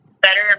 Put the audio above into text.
better